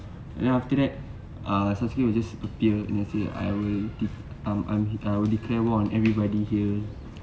and then after that a subsikey will just appear and then say I will I will declare war on everybody here